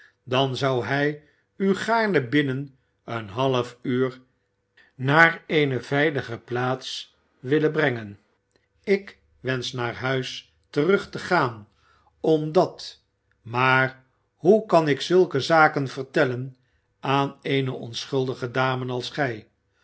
dan zou hij u gaarne binnen een half uur naar eene veilige plaats willen brengen ik wensch naar huis terug te gaan omdat maar hoe kan ik zulke zaken vertellen aan eene onschuldige dame als gij